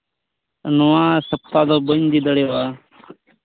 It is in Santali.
ᱱᱚᱣᱟ ᱥᱚᱯᱛᱟ ᱫᱚ ᱵᱟᱹᱧ ᱤᱫᱤ ᱫᱟᱲᱮᱣᱟᱜᱼᱟ